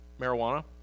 Marijuana